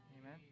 Amen